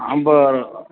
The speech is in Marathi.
बरं